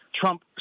Trump